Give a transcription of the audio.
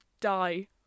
die